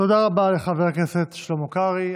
תודה רבה לחבר הכנסת שלמה קרעי.